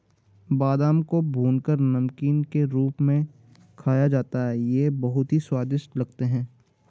बादाम को भूनकर नमकीन के रूप में खाया जाता है ये बहुत ही स्वादिष्ट लगते हैं